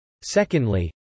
Secondly